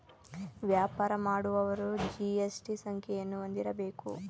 ವ್ಯಾಪಾರ ಮಾಡುವವರು ಜಿ.ಎಸ್.ಟಿ ಸಂಖ್ಯೆಯನ್ನು ಹೊಂದಿರಬೇಕು